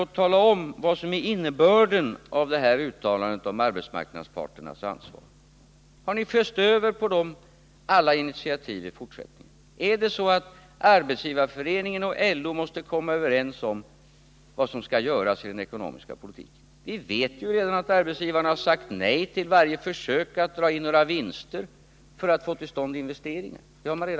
Tala då om innebörden av detta uttalande om arbetsmarknadsparternas ansvar! Har ni föst över på dem alla initiativ i fortsättningen? Måste Arbetsgivareföreningen och LO komma överens om vad som skall göras i den ekonomiska politiken? Vi vet att arbetsgivarna redan har sagt nej till varje försök att dra in några vinster för att få till stånd investeringar.